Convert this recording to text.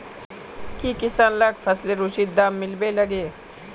की किसान लाक फसलेर उचित दाम मिलबे लगे?